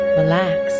relax